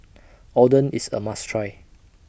Oden IS A must Try